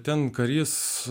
ten karys